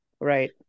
Right